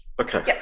Okay